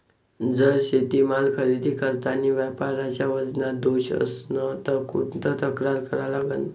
जर शेतीमाल खरेदी करतांनी व्यापाऱ्याच्या वजनात दोष असन त कुठ तक्रार करा लागन?